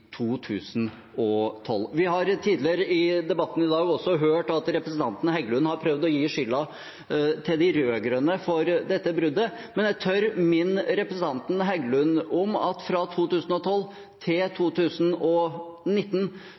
2012. Vi har tidligere i debatten i dag også hørt at representanten Heggelund har prøvd å gi skylden til de rød-grønne for dette bruddet, men jeg tør minne representanten Heggelund om at fra 2012 til 2019